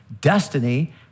destiny